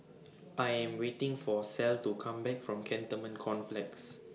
I Am waiting For Clell to Come Back from Cantonment Complex